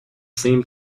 same